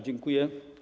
Dziękuję.